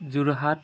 Jorhat